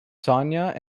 sonia